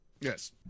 Yes